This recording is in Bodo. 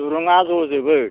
दुरुङा जजोबो